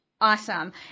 Awesome